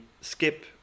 skip